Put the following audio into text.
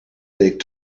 week